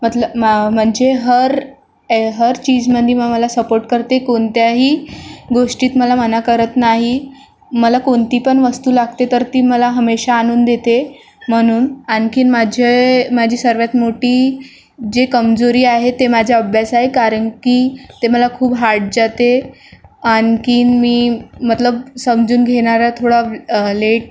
मतलब म्हणजे हर ए हर चीजमंदी मग मला सपोर्ट करते कोणत्याही गोष्टीत मला मना करत नाही मला कोणती पण वस्तू लागते तर ती मला हमेशा आणून देते म्हणून आणखीन माझे माझी सर्वात मोठी जे कमजोरी आहे ते माझा अभ्यास आहे कारण की ते मला खूप हार्ड जाते आणखीन मी मतलब समजून घेणारा थोडा लेट